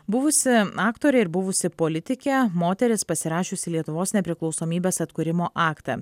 buvusi aktorė ir buvusi politikė moteris pasirašiusi lietuvos nepriklausomybės atkūrimo aktą